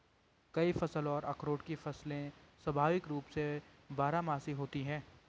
कई फल और अखरोट की फसलें स्वाभाविक रूप से बारहमासी होती हैं